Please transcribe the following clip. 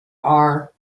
are